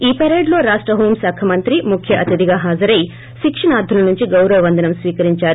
ఈ పరేడ్ లో రాష్ట హోం ్ మంత్రి ముఖ్య అతిథిగా హాజరై శిక్షణార్దుల నుంచి గౌరవ వందనం స్వీకరించారు